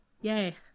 yay